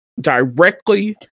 directly